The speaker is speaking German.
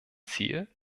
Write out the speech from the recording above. ziel